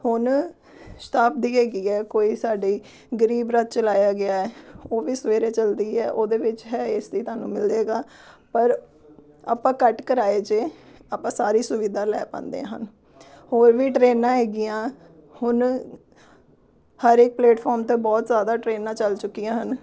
ਹੁਣ ਸ਼ਤਾਬਦੀ ਹੈਗੀ ਹੈ ਕੋਈ ਸਾਡੀ ਗਰੀਬ ਰਾਹ ਚਲਾਇਆ ਗਿਆ ਉਹ ਵੀ ਸਵੇਰੇ ਚਲਦੀ ਹੈ ਉਹਦੇ ਵਿੱਚ ਹੈ ਏ ਸੀ ਤੁਹਾਨੂੰ ਮਿਲੇਗਾ ਪਰ ਆਪਾਂ ਘੱਟ ਕਿਰਾਏ 'ਚ ਆਪਾਂ ਸਾਰੀ ਸੁਵਿਧਾ ਲੈ ਪਾਉਂਦੇ ਹਨ ਉਹ ਵੀ ਟਰੇਨਾਂ ਹੈਗੀਆਂ ਹੁਣ ਹਰ ਇੱਕ ਪਲੇਟਫੋਮ 'ਤੇ ਬਹੁਤ ਜ਼ਿਆਦਾ ਟਰੇਨਾਂ ਚੱਲ ਚੁੱਕੀਆਂ ਹਨ